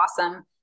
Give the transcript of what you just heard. awesome